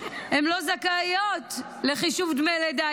הן לא זכאיות לחישוב דמי לידה.